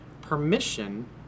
permission